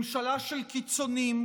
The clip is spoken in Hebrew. ממשלה של קיצונים,